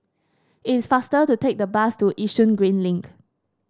it's faster to take the bus to Yishun Green Link